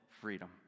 freedom